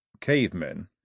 Cavemen